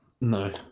No